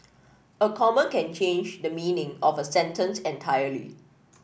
a comma can change the meaning of a sentence entirely